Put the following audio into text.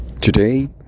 today